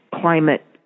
climate